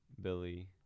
Billy